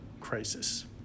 crisis